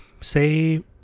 say